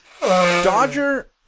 Dodger